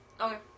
Okay